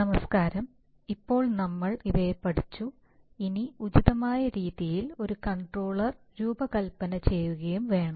നമസ്കാരം ഇപ്പോൾ നമ്മൾ ഇവയെ പഠിച്ചു ഇനി ഉചിതമായ രീതിയിൽ ഒരു കൺട്രോളർ രൂപകൽപ്പന ചെയ്യുകയും വേണം